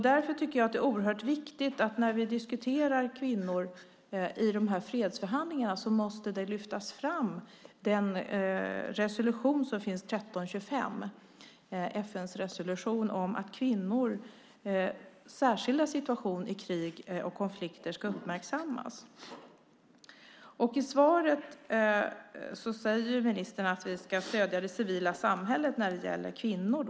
Därför tycker jag att det är oerhört viktigt att FN:s resolution 1325 om att kvinnors särskilda situation i krig och konflikter ska uppmärksammas lyfts fram när vi diskuterar kvinnor i de här fredsförhandlingarna. I svaret säger ministern att vi ska stödja det civila samhället när det gäller kvinnor.